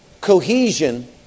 cohesion